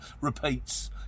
Repeats